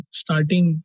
starting